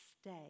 Stay